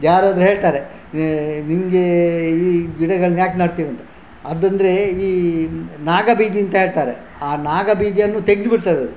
ಯಾರಾದರೂ ಹೇಳ್ತಾರೆ ನಿನಗೆ ಈ ಗಿಡಗಳ್ನ ಯಾಕೆ ನೆಡ್ತೇವೆ ಅಂತ ಅದು ಅಂದರೆ ಈ ನಾಗಬೀದಿ ಅಂತ ಹೇಳ್ತಾರೆ ಆ ನಾಗಬೀದಿಯನ್ನು ತೆಗೆದು ಬಿಡ್ತದೆ ಅದು